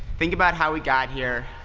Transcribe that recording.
think about how we got here.